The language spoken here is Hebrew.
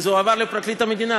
כי זה הועבר לפרקליט המדינה,